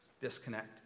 Disconnect